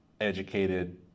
educated